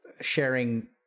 sharing